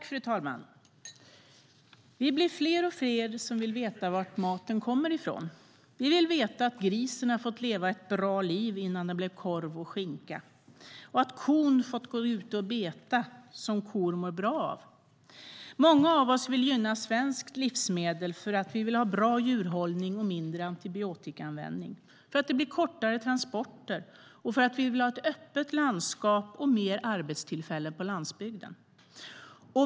Fru talman! Vi blir fler och fler som vill veta varifrån maten kommer. Vi vill veta att grisen har fått leva ett bra liv innan den blev korv och skinka och att kon fått gå ute och beta, som kor mår bra av. Många av oss vill gynna svenska livsmedel för att vi vill ha bra djurhållning och mindre antibiotikaanvändning, för att det blir kortare transporter och för att vi vill ha ett öppet landskap och fler arbetstillfällen på landsbygden.